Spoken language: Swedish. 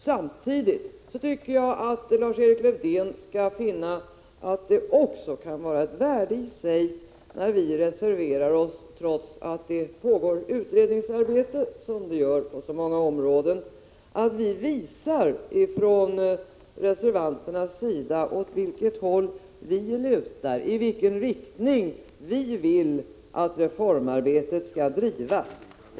Samtidigt tycker jag att Lars-Erik Lövdén bör inse att det kan vara ett värde i sig när vi reserverar oss trots att det pågår utredningsarbete, som det gör på så många områden, därför att det visar åt vilket håll vi lutar, i vilken riktning vi vill att reformarbetet skall drivas.